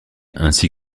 ainsi